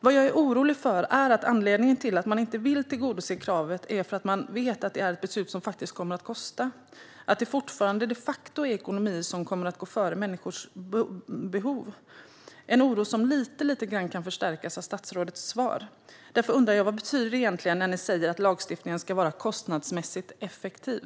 Vad jag är orolig för är att anledningen till att man inte vill tillgodose kravet är att man vet att det är ett beslut som faktiskt kommer att kosta, det vill säga att det fortfarande de facto är ekonomi som kommer att gå före människors behov. Det är en oro som lite grann kan förstärkas av statsrådets svar. Därför undrar jag vad det egentligen betyder när ni säger att lagstiftningen ska vara "kostnadsmässigt effektiv".